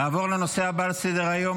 נעבור לנושא הבא על סדר-היום,